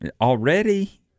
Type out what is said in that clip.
already